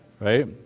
Right